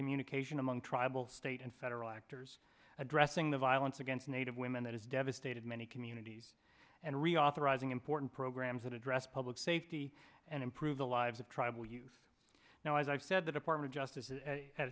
communication among tribal state and federal actors addressing the violence against native women that has devastated many communities and reauthorizing important programs that address public safety and improve the lives of tribal youth now as i've said the department of justice